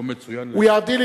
השר דה-סילבה,